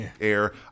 air